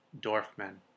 Dorfman